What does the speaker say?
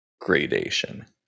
gradation